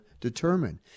determine